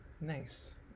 Nice